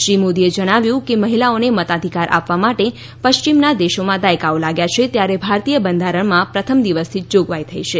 શ્રી મોદીએ જણાવ્યું કે મહિલાઓને મતાઘિકાર આપવા માટે પશ્ચિમના દેશોમાં દાયકાઓ લાગ્યા છે ત્યારે ભારતીય બંધારણમાં પ્રથમ દિવસથી જ જોગવાઇ થઇ છે